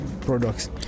Products